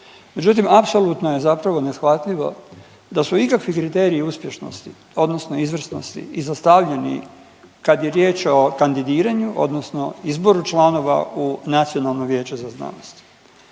Međutim, apsolutno je zapravo neshvatljivo da su ikakvi kriteriji uspješnosti, odnosno izvrsnosti izostavljeni kad je riječ o kandidiranju odnosno izboru članova u Nacionalno vijeće za znanost.